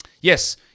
Yes